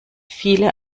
viele